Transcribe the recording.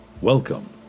Welcome